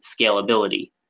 scalability